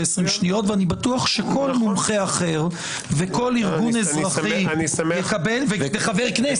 ואני בטוח שכל מומחה אחר וכל ארגון אזרחי וחבר כנסת,